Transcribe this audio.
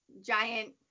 giant